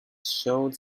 showed